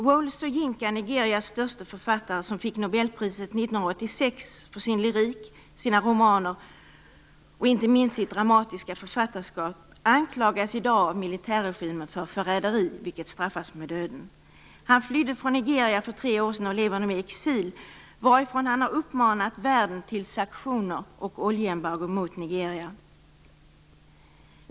Wole Soyinka, Nigerias störste författare som fick nobelpriset 1986 för sin lyrik, sina romaner och inte minst sitt dramatiska författarskap, anklagas i dag av militärregimen för förräderi, vilket straffas med döden. Han flydde från Nigeria för tre år sedan och lever nu i exil, varifrån han har uppmanat världen till sanktioner och oljeembargo mot Nigeria.